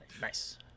nice